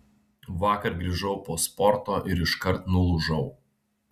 vakar grįžau po sporto ir iškart nulūžau